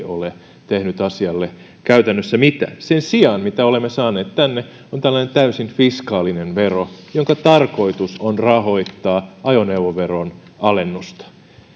ole tehnyt asialle käytännössä mitään sen sijaan se minkä olemme saaneet tänne on tällainen täysin fiskaalinen vero jonka tarkoitus on rahoittaa ajoneuvoveron alennusta